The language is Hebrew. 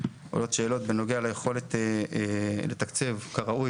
עולות שאלות בנוגע ליכולת לתקצב כראוי